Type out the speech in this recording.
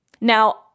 Now